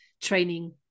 training